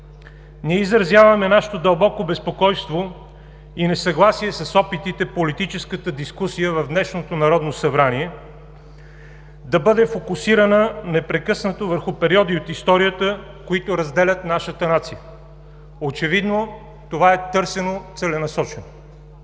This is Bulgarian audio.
Ние изразяваме нашата дълбоко безпокойство и несъгласие с опитите политическата дискусия в днешното Народно събрание да бъде фокусирана непрекъснато върху периоди от историята, които разделят нашата нация. Очевидно това е търсено целенасочено.